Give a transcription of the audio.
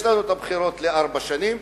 יש לנו בחירות לארבע שנים,